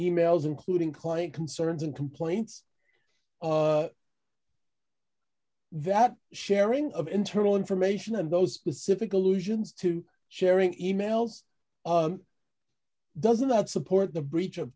e mails including clay concerns and complaints that sharing of internal information and those pacific allusions to sharing e mails doesn't that support the breach of